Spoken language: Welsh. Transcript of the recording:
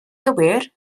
gywir